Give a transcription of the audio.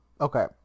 okay